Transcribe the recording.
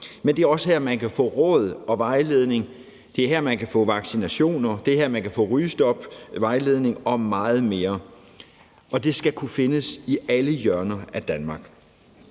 men det er også her, man kan få råd og vejledning; det er her, man kan få vaccinationer; det er her, man kan få rygestopvejledning og meget mere. Og det skal kunne findes i alle hjørner af Danmark.